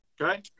Okay